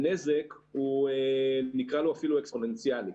הנזק הוא אפילו אקספוננציאלי.